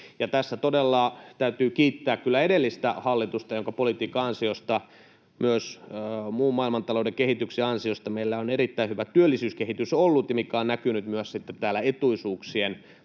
Tässä todella täytyy kiittää edellistä hallitusta, jonka politiikan ansiosta ja myös muun maailmantalouden kehityksen ansiosta meillä on ollut erittäin hyvä työllisyyskehitys, mikä on näkynyt myös etuisuuksien